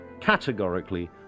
categorically